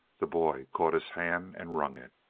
the boy caught his hand and wrung it.